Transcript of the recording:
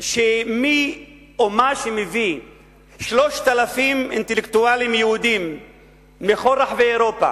שמי או מה שמביא 3,000 אינטלקטואלים יהודים מכל רחבי אירופה